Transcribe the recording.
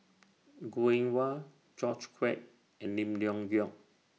Goh Eng Wah George Quek and Lim Leong Geok